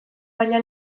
baina